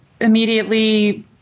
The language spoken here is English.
immediately